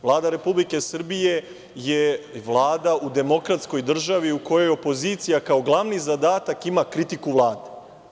Vlada Republike Srbije je vlada u demokratskoj državi u kojoj opozicija kao glavni zadatak ima kritiku vlade.